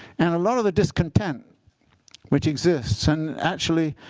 and a lot of the discontent which exists and actually,